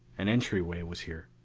an entryway was here.